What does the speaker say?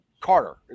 Carter